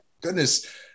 goodness